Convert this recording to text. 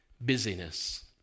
busyness